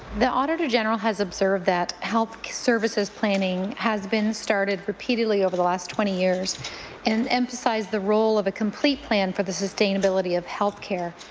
the auditor general has observed that health services planning has been started repeatedly over the last twenty years and'em and and but sized the role of a complete plan for the sustainability of health care.